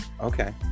Okay